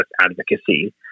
advocacy